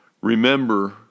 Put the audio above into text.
remember